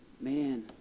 man